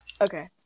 Okay